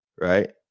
right